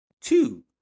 Two